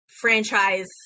franchise